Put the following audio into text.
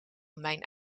mijn